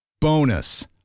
Bonus